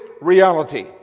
reality